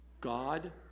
God